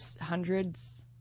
Hundreds